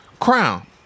Crown